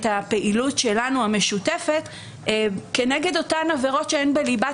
הפעילות המשותפת שלנו כנגד אותן עבירות שהן בליבת